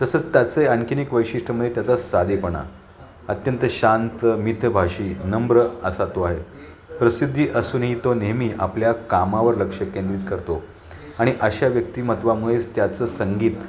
तसंच त्याचं आणखी एक वैशिष्ट्य म्हणजे त्याचा साधेपणा अत्यंत शांत मितभाषी नम्र असा तो आहे प्रसिद्धी असूनही तो नेहमी आपल्या कामावर लक्ष केंद्रित करतो आणि अशा व्यक्तिमत्त्वामुळेच त्याचं संगीत